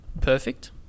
perfect